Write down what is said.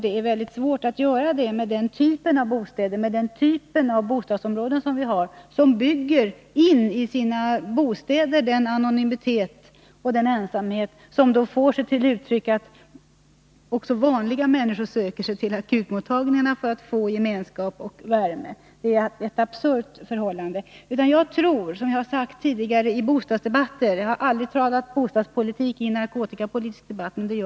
Det är mycket svårt att göra det med den typ av bostadsområden som vi har, där vi har byggt in den anonymitet och den ensamhet som får till uttryck att också vanliga människor söker sig till akutmottagningarna för att få gemenskap och värme. Det är ett absurt förhållande. Jag tror, som jag har sagt tidigare i bostadsdebatter, att boendeformerna har oerhört stor betydelse.